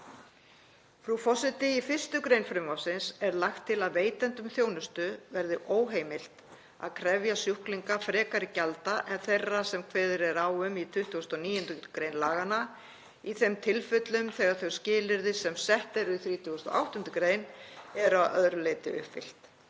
Frú forseti. Í 1. gr. frumvarpsins er lagt til að veitendum þjónustu verði óheimilt að krefja sjúklinga frekari gjalda en þeirra sem kveðið er á um í 29. gr. laganna í þeim tilfellum þegar þau skilyrði sem sett eru í 38. gr. eru að öðru leyti uppfyllt.